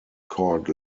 called